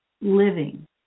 living